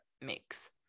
mix